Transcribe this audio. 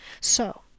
So